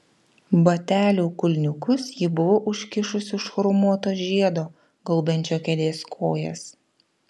batelių kulniukus ji buvo užkišusi už chromuoto žiedo gaubiančio kėdės kojas